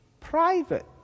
private